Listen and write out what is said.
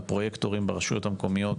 לפרויקטורים ברשויות המקומיות,